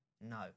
No